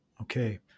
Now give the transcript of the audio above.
Okay